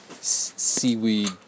seaweed